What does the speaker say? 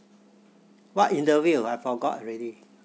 what interview I forgot already